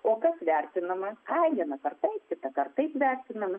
o kas vertinama ai vieną kart taip kitą kart taip vertinama